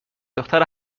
دختر